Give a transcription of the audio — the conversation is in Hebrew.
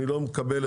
אני לא מקבל את זה.